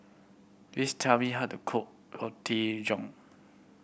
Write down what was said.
please tell me how to cook Roti John